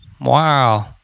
wow